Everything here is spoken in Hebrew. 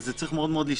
וזה צריך להשתנות.